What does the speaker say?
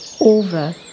over